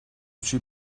suis